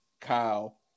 Kyle